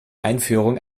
einführung